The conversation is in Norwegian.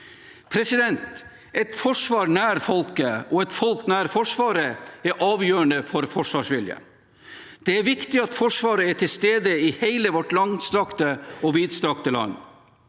avhengig av. Et forsvar nær folket og et folk nær Forsvaret er avgjørende for forsvarsviljen. Det er viktig at Forsvaret er til stede i hele vårt langstrakte og vidstrakte land,